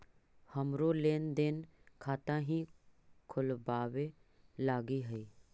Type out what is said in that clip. हमरो लेन देन खाता हीं खोलबाबे लागी हई है